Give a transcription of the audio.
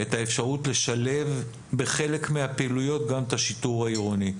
את האפשרות לשלב בחלק מהפעילויות גם את השיטור העירוני.